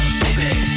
baby